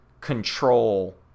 Control